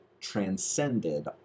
transcended